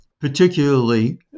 particularly